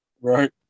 Right